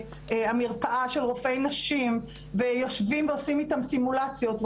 המרפאה של רופאי נשים ויושבים ועושים איתם סימולציות,